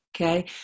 Okay